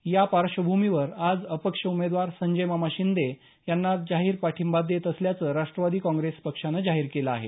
या पार्श्वभूमीवर आज अपक्ष उमेदवार संजयमामा शिंदे यांना जाहीर पाठिंबा देत असल्याचं राष्टवादी काँप्रेसने जाहीर केलं आहे